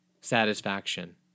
satisfaction